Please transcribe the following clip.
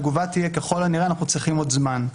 התגובה תהיה ככל הנראה "אנחנו צריכים עוד זמן".